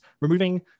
Removing